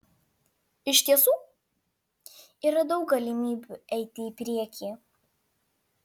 iš tiesų yra daug galimybių eiti į priekį